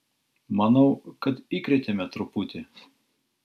manau kad įkrėtėme truputį